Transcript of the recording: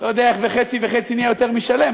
לא יודע איך חצי וחצי נהיה יותר משלם,